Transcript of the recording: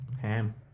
ham